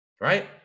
Right